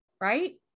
Right